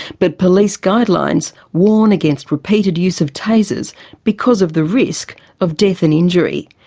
but police guidelines warn against repeated use of tasers because of the risk of death and injury,